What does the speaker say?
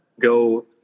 go